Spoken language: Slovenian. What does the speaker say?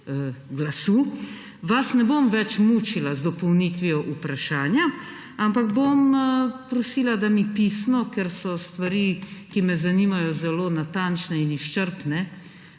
glasu, vas ne bom več mučila z dopolnitvijo vprašanja, ampak bom prosila, da mi pisno, ker so stvari, ki me zanimajo, zelo natančne in izčrpne